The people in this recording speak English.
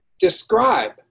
Describe